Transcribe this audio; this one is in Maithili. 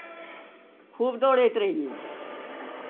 खूब दौड़ैत रहियै